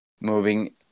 moving